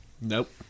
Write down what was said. Nope